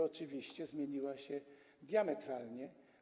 Oczywiście zmieniła się ona diametralnie.